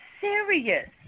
serious